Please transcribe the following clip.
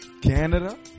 Canada